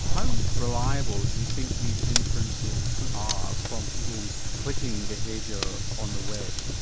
how reliable do you think these inferences are from people's clicking behaviour on the web?